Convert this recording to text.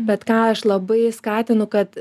bet ką aš labai skatinu kad